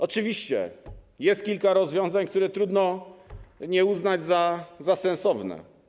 Oczywiście jest kilka rozwiązań, których trudno nie uznać za sensowne.